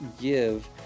give